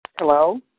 Hello